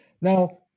Now